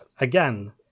again